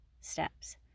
steps